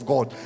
God